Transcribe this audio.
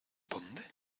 dónde